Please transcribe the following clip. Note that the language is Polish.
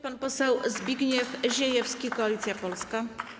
Pan poseł Zbigniew Ziejewski, Koalicja Polska.